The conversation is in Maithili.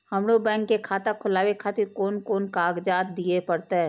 हमरो बैंक के खाता खोलाबे खातिर कोन कोन कागजात दीये परतें?